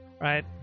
right